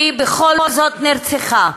והיא בכל זאת נרצחה.